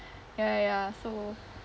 ya ya ya so